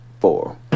four